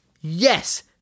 Yes